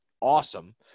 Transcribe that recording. awesome